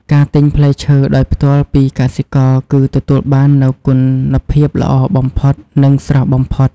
ការទិញផ្លែឈើដោយផ្ទាល់ពីកសិករគឺទទួលបាននូវគុណភាពល្អបំផុតនិងស្រស់បំផុត។